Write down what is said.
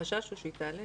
החשש הוא שהיא תעלה.